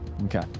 Okay